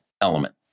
element